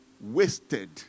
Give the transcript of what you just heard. wasted